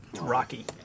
Rocky